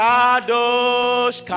Kadosh